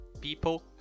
people